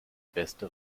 beste